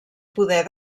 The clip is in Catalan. poder